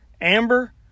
Amber